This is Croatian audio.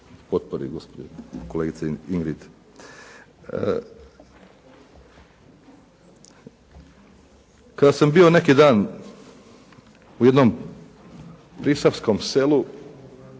potpori gospođi kolegici Ingrid. Kad sam bio neki dan u jednom prisavskom selu,